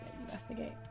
investigate